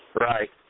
Right